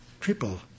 triple